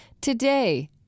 Today